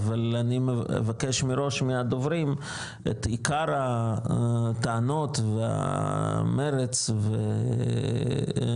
אבל אני אבקש מראש מהדוברים את עיקר הטענות ומרץ וכו',